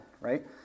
right